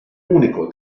unico